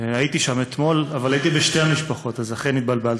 הייתי שם אתמול אבל הייתי אצל שתי המשפחות ולכן התבלבלתי.